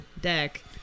deck